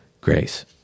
Grace